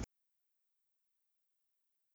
supplements before and